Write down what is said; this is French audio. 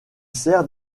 sert